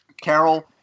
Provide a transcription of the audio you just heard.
Carol